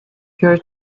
here